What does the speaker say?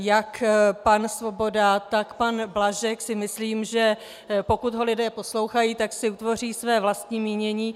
Jak pan Svoboda, tak pan Blažek si myslím, že pokud je lidé poslouchají, tak si utvoří své vlastní mínění.